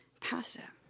passive